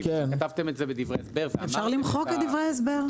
כי כתבתם את זה בדברי ההסבר --- אפשר למחוק את דברי ההסבר.